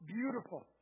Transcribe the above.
beautiful